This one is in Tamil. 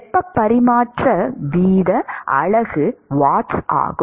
வெப்ப பரிமாற்ற வீத அலகு வாட்ஸ் ஆகும்